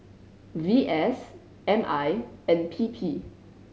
V S M I and P P